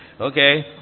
Okay